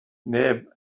neb